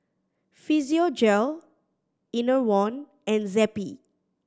Physiogel Enervon and Zappy